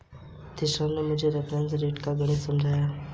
दीक्षा ने मुझे reference rate का गणित समझाया